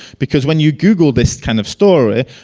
because when you google this kind of story,